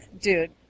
dude